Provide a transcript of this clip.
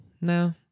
No